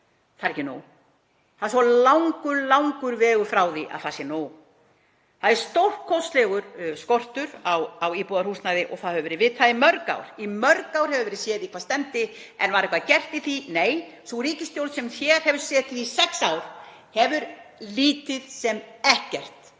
Það er ekki nóg. Það er svo langur vegur frá því að það sé nóg. Það er stórkostlegur skortur á íbúðarhúsnæði og það hefur verið vitað í mörg ár. Í mörg ár hefur verið ljóst í hvað stefndi, en var eitthvað gert í því? Nei. Sú ríkisstjórn sem hér hefur setið í sex ár hefur lítið sem ekkert